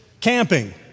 camping